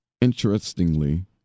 Interestingly